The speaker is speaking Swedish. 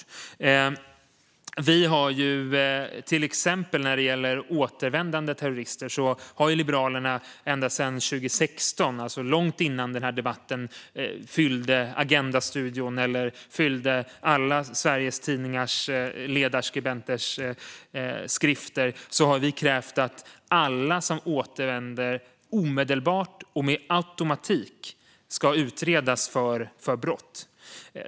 När det gäller till exempel återvändande terrorister har Liberalerna ända sedan 2016 - långt innan den här debatten fyllde Agenda studion eller alla Sveriges ledarskribenters texter i tidningarna - krävt att alla som återvänder ska omedelbart och med automatik utredas för brott.